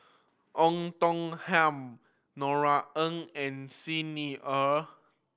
Oei Tiong Ham Norothy Ng and Xi Ni Er